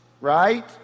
right